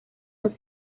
los